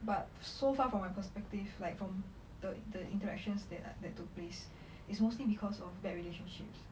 but so far from my perspective like from the the interactions that that took place is mostly because of bad relationships